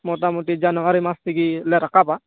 ᱢᱳᱴᱟᱢᱳᱴᱤ ᱡᱟᱱᱩᱣᱟᱨᱤ ᱢᱟᱥ ᱛᱮᱜᱮᱞᱮ ᱨᱟᱠᱟᱵᱟ